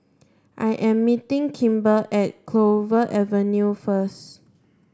I am meeting Kimber at Clover Avenue first